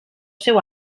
seu